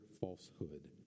falsehood